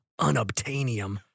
unobtainium